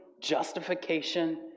justification